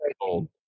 old